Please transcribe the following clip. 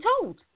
told